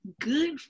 good